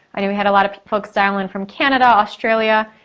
i know we had a lot of folks dial in from canada, australia,